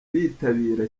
bitabira